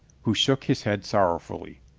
who shook his head sorrowfully.